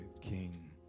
King